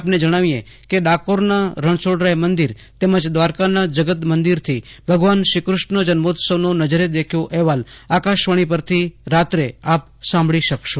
આપને જણાવીએ કે ડાકોરના રણછોડરાય મંદિર તેમજ દ્વારકાના જગત મંદિરથી ભગવાન શ્રીકૃષ્ણ જન્મોત્સવનો નજરે દેખ્યો અહેવાલ આકાશવાણી પરથી રાત્રે આપ સાંભળી શકશો